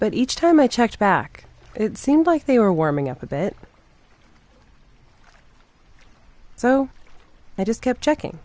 but each time i checked back it seemed like they were warming up a bit so i just kept checking